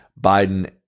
biden